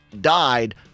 died